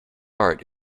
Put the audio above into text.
art